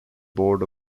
board